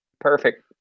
Perfect